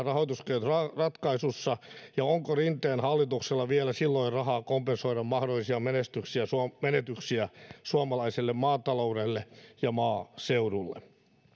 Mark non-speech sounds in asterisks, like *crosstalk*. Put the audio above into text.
*unintelligible* rahoituskehysratkaisussa ja onko rinteen hallituksella vielä silloin rahaa kompensoida mahdollisia menetyksiä suomalaiselle maataloudelle ja maaseudulle